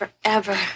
forever